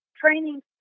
training